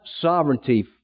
sovereignty